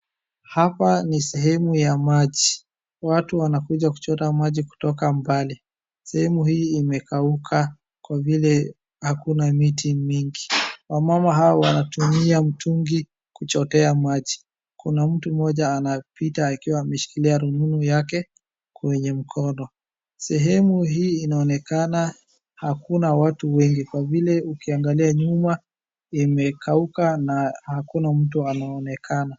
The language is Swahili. Hapa ni sehemu ya maji, watu wanakuja kuchota maji kutoka mbali .Sehemu hii imekauka kwa vile hakuna mti mingi . Wamama hawa wanatumia mitungi kuchotea maji, kuna mtu moja anapita akiwa ameshikilia rununu yake kwenye mkono. Sehemu hii inaonekana hakuna watu wengi kwa vile ukiangalia nyuma imekauka na hakuna mtu anayeonekana.